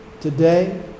today